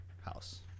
house